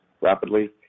rapidly